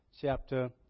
chapter